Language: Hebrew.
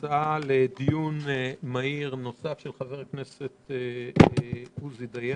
אנחנו ממשיכים את סדר היום בהצעה נוספת של חבר הכנסת עוזי דיין,